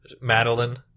Madeline